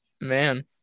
man